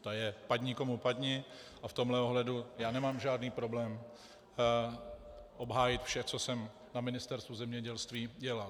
To je padni komu padni a v tomto ohledu já nemám žádný problém obhájit vše, co jsem na Ministerstvu zemědělství dělal.